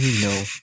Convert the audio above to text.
No